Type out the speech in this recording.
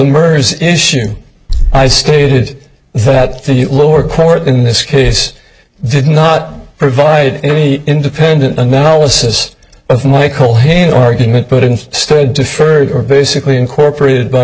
murders issue i stated that the lower court in this case did not provide any independent analysis of michael hayden argument but in stead to further basically incorporated by